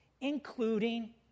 including